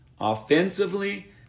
Offensively